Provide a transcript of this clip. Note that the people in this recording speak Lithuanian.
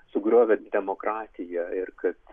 sugriovė demokratiją ir kad